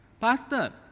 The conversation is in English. pastor